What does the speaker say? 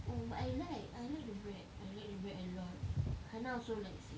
um I like I like the bread I like the bread a lot hannah also likes it